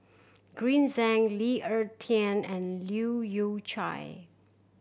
Green Zeng Lee Ek Tieng and Leu Yew Chye